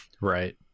right